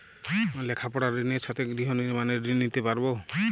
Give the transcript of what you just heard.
লেখাপড়ার ঋণের সাথে গৃহ নির্মাণের ঋণ নিতে পারব?